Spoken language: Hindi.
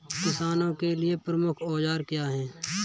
किसानों के लिए प्रमुख औजार क्या हैं?